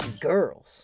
girls